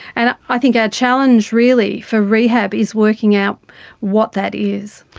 and i think our challenge really for rehab is working out what that is.